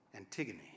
*Antigone*